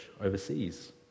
overseas